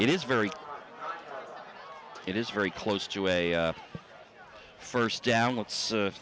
it is very it is very close to a first down what's u